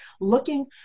looking